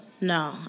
No